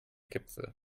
gipfel